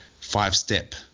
five-step